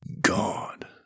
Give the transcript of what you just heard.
God